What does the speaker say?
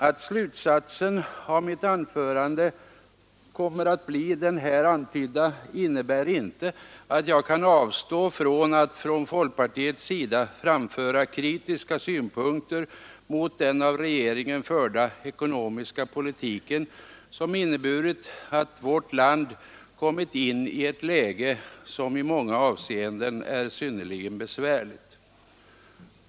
Att slutsatsen av mitt anförande kommer att bli den här antydda innebär inte att jag kan avstå från att från folkpartiets sida framföra kritiska synpunkter mot den av regeringen förda ekonomiska politiken, som inneburit att vårt land kommit in i ett läge som i många avseenden är synnerligen besvärligt.